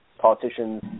politicians